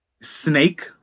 Snake